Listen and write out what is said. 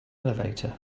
elevator